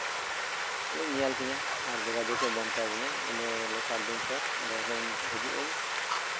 ᱧᱮᱞ ᱛᱤᱧᱟ ᱟᱨ ᱡᱳᱜᱟᱡᱳᱜᱮ ᱢᱮᱱ ᱟᱠᱟᱫᱤᱧᱟ ᱥᱟᱛ ᱫᱤᱱ ᱯᱚᱨ ᱦᱤᱡᱩᱜ ᱟᱹᱧ